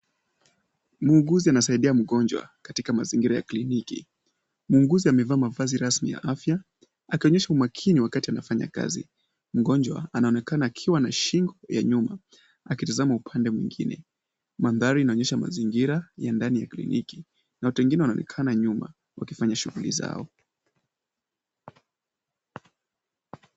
Muuguzi anasaidia mgonjwa katika mazingira ya kliniki. Muuguzi amevaa mavazi rasmi ya afya akionyesha umakini wakati anafanya kazi. Mgonjwa anaonekana akiwa na shingo ya nyuma akitazama upande mwingine. Mandhari inaonyesha mazingira ya ndani ya kliniki. Watu wengine wanaonekana nyuma wakifanya shughuli zao.